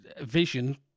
Vision